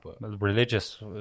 Religious